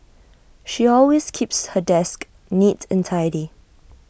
she always keeps her desk neat and tidy